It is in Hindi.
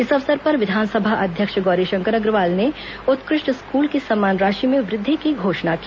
इस अवसर पर विधानसभा अध्यक्ष गौरीशंकर अग्रवाल ने उत्कृष्ट स्कूल की सम्मान राशि में वृद्वि की घोषणा की